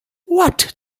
what